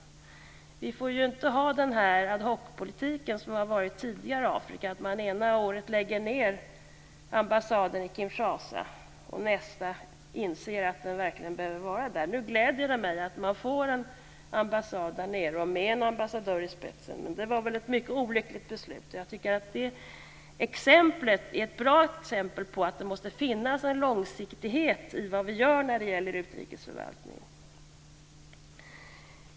Vi får inte ha den ad hocpolitik som vi har haft tidigare i Afrika. Där lade man ena året ned ambassaden i Kinshasa, och nästa år insåg man att den verkligen behövs. Det gläder mig nu att vi får en ambassad där nere med en ambassadör i spetsen. Det var ett mycket olyckligt beslut, och det är ett bra exempel på att det måste finnas en långsiktighet i vad vi gör när det gäller utrikesförvaltningen.